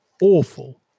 awful